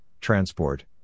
transport